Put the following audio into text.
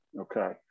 Okay